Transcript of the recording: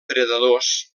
predadors